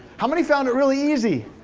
how many found it really easy?